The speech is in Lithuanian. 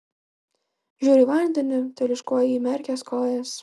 žiūriu į vandenį teliūškuoju įmerkęs kojas